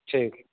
ठीक